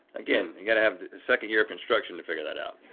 again, you gotta have a second year of construction to figure that out.